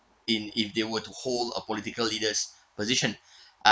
in if they were to hold a political leaders position uh